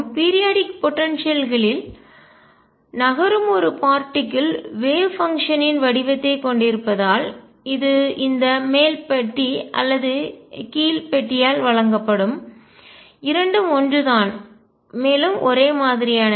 periodic போடன்சியல்களில் குறிப்பிட்ட கால இடைவெளி ஆற்றல் நகரும் ஒரு பார்ட்டிக்கல் துகள் வேவ் பங்ஷன்னின் அலை செயல்பாட்டின் வடிவத்தைக் கொண்டிருப்பதால் இது இந்த மேல் பெட்டி அல்லது கீழ் பெட்டியால் வழங்கப்படும் இரண்டும் ஒன்றுதான் மேலும் ஒரேமாதிரியானவை